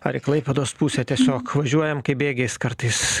ar į klaipėdos pusę tiesiog važiuojam kaip bėgiais kartais